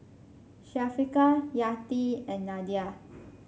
Syafiqah Yati and Nadia